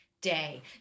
day